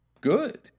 good